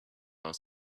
are